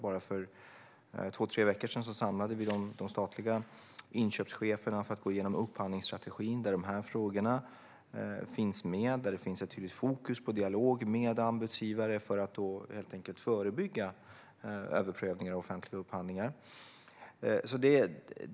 För bara två tre veckor sedan samlade vi de statliga inköpscheferna för att gå igenom upphandlingsstrategin, där dessa frågor finns med. Där finns ett tydligt fokus på dialog med anbudsgivare för att förebygga överprövningar i offentliga upphandlingar.